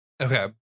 Okay